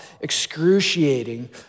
excruciating